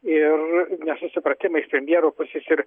ir nesusipratimai iš premjero pusės ir